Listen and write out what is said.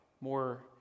more